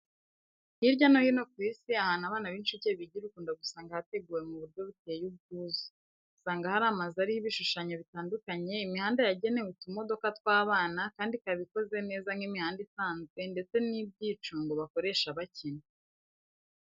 Hirya no hino ku Isi ahantu abana b'incuke bigira ukunda gusanga hateguwe mu buryo buteye ubwuzu. Usanga hari amazu ariho ibishushanyo bitandukanye, imihanda yagenewe utumodoka tw'abana kandi ikaba ikoze neza nk'imihanda isanzwe ndetse n'ibyicungo bakoresha bakina.